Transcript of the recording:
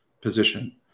position